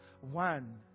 One